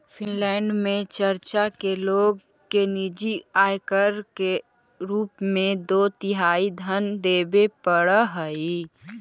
Finland में church के लोग के निजी आयकर के रूप में दो तिहाई धन देवे पड़ऽ हई